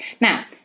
Now